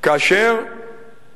כאשר